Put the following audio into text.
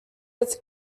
its